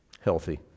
healthy